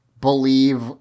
believe